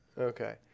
Okay